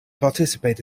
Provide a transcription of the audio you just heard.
participate